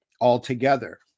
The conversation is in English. altogether